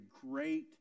great